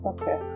Okay